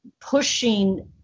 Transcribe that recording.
pushing